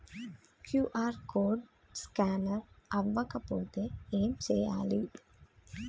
QR code scanner అవ్వకపోతే ఏం చేయాలి?